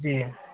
जी